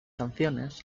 canciones